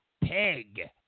pig